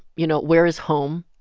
you know, where is home?